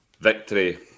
victory